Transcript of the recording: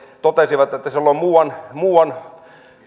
totesivat että siellä on muuan muuan